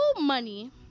money